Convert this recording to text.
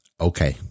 Okay